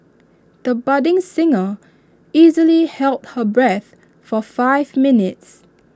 the budding singer easily held her breath for five minutes